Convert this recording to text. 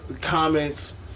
comments